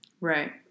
Right